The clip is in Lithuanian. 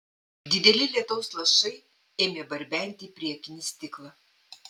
dideli lietaus lašai ėmė barbenti į priekinį stiklą